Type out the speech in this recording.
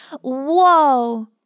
whoa